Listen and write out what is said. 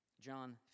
john